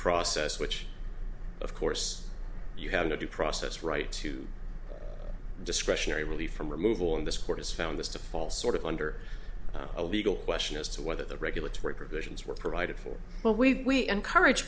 process which of course you have no due process right to discretionary relief from removal in this court has found this to fall sort of under a legal question as to whether the regulatory provisions were provided for well we encourage